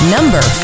Number